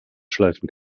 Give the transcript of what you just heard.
schleifen